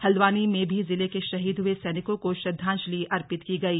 हल्द्वानी में भी जिले के शहीद हुए सैनिकों को श्रद्वांजलि अर्पित की गई